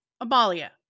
Amalia